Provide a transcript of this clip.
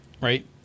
Right